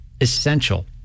essential